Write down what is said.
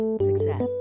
success